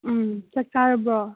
ꯎꯝ ꯆꯥꯛ ꯆꯥꯔꯕꯣ